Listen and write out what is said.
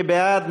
מי בעד?